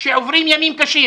שעוברים ימים קשים